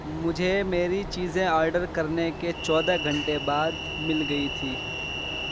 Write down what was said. مجھے میری چیزیں آرڈر کرنے کے چودہ گھنٹے بعد مل گئی تھی